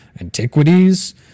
antiquities